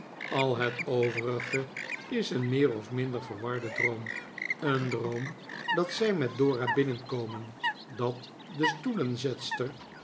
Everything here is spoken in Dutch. al het overisre is een meer of minder verwarde droom een droom dat zij met dora binnenkomen dat de stoelenzetster